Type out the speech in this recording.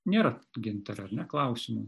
nėra gintare arne neklausimu